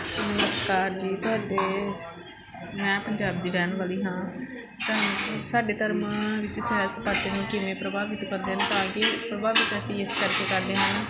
ਨਮਸਕਾਰ ਜੀ ਤੁਹਾਡੇ ਮੈਂ ਪੰਜਾਬ ਦੀ ਰਹਿਣ ਵਾਲੀ ਹਾਂ ਸਾਨੂੰ ਸਾਡੇ ਧਰਮਾਂ ਵਿੱਚ ਸੈਰ ਸਪਾਟੇ ਨੂੰ ਕਿਵੇਂ ਪ੍ਰਭਾਵਿਤ ਕਰਦੇ ਨੇ ਤਾਂ ਕਿ ਪ੍ਰਭਾਵਿਤ ਅਸੀਂ ਇਸ ਕਰਕੇ ਕਰਦੇ ਹਾਂ